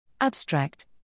Abstract